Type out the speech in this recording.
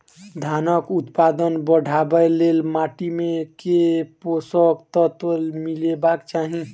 धानक उत्पादन बढ़ाबै लेल माटि मे केँ पोसक तत्व मिलेबाक चाहि?